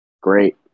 great